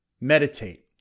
Meditate